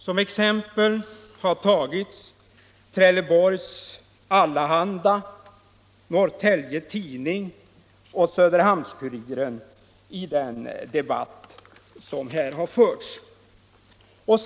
Som exempel i den debatt som här har förts har tagits Trelleborgs Allehanda, Norrtelje Tidning och Söderhamns-Hälsinge-Kuriren.